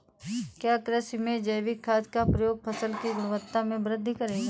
क्या कृषि में जैविक खाद का प्रयोग फसल की गुणवत्ता में वृद्धि करेगा?